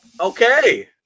Okay